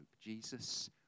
Jesus